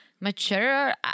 mature